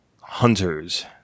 Hunters